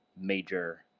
major